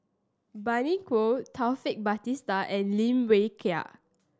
Bani Buang Taufik Batisah and Lim Wee Kiak